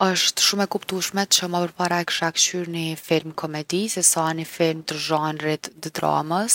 Osht shumë e kuptushme që ma përpara e kisha kqyr ni film komedi se sa ni film t’zhanrit t’dramës.